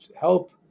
help